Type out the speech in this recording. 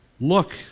Look